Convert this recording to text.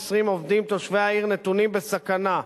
620 עובדים תושבי העיר נתונים בסכנה.